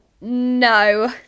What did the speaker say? No